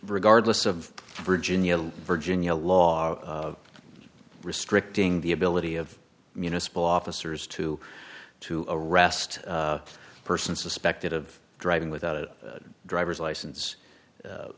regardless of virginia virginia law restricting the ability of municipal officers two to arrest a person suspected of driving without a driver's license